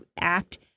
act